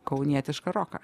kaunietišką roką